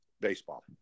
baseball